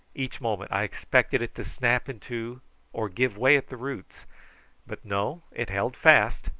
each moment i expected it to snap in two or give way at the roots but no it held fast,